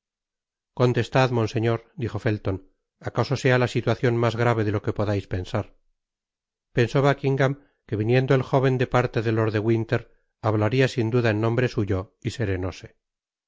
monseñor dijo felton acaso sea la situacion mas grave de lo que podais pensar pensó buckidgam que viniendo el jóven de parte de lord de winter hablaria sin duda en nombre suyo y serenóse